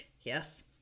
yes